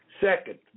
Second